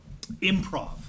improv